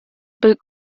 but